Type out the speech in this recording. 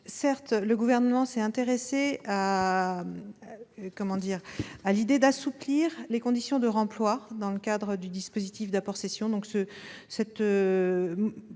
Certes, le Gouvernement s'est intéressé aux moyens permettant d'assouplir les conditions de remploi, dans le cadre du dispositif d'apport-cession.